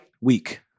week